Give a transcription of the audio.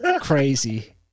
Crazy